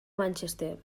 manchester